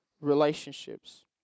relationships